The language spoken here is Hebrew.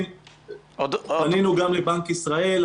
פנינו גם לבנק ישראל,